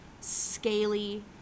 scaly